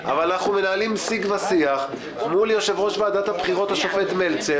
אבל אנחנו מנהלים סיג ושיח מול יושב ראש ועדת הבחירות השופט מלצר,